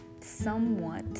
somewhat